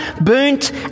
burnt